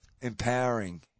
empowering